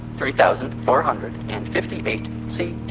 three thousand four hundred and fifty-eight c